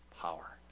power